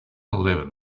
eleven